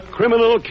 Criminal